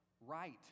right